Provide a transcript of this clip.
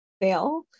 fail